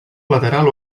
lateral